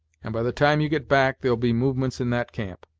and by the time you get back there'll be movements in that camp!